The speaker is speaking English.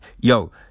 yo